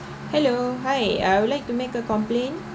hello hi I would like to make a complaint